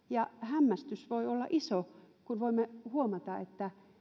sinulle tarkoittaa hämmästys voi olla iso kun voimme huomata että